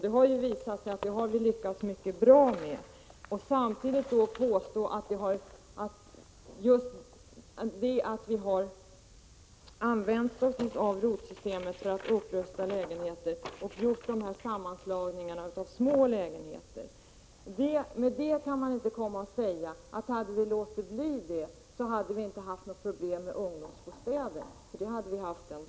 Det har vi lyckats mycket bra med. Vi har använt oss av ROT-programmet för att rusta upp lägenheter och sammanslå små lägenheter. Det går inte att påstå att det, om vi hade underlåtit detta, inte hade funnits några problem med ungdomsbostäder. Sådana problem hade vi haft ändå.